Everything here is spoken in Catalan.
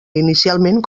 inicialment